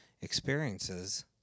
experiences